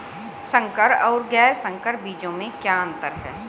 संकर और गैर संकर बीजों में क्या अंतर है?